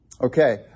Okay